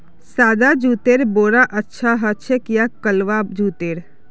सादा जुटेर बोरा अच्छा ह छेक या कलवा जुटेर